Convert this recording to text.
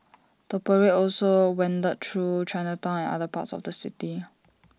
the parade also wended through Chinatown and other parts of the city